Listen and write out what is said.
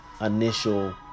initial